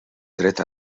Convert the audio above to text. dret